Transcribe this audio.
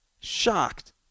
shocked